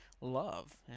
love